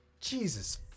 jesus